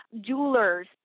jewelers